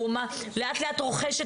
הוא לאט לאט רוכש.